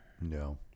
No